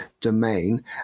domain